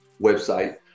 website